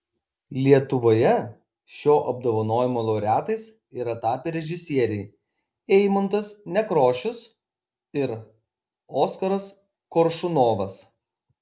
lietuvoje šio apdovanojimo laureatais yra tapę režisieriai eimuntas nekrošius ir oskaras koršunovas